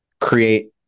create